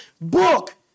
book